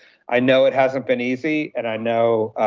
i know it hasn't been easy and i know